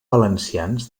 valencians